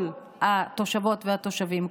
כל התושבות והתושבים,